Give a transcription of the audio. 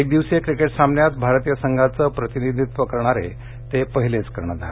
एकदिवसीय क्रिकेट सामन्यात भारतीय संघाचं प्रतिनिधित्व करणारे ते पहिलेच कर्णधार